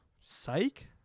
Psych